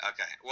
Okay